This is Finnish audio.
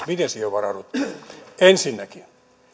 miten siihen on varauduttu ensinnäkin